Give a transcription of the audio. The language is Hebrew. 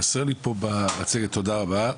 תודה רבה.